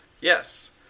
Yes